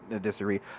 disagree